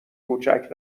کوچک